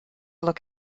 look